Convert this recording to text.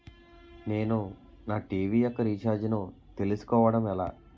నేను నా టీ.వీ యెక్క రీఛార్జ్ ను చేసుకోవడం ఎలా?